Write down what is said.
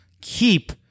keep